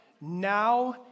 now